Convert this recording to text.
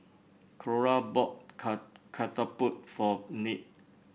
Clora bought ket ketupat for Nick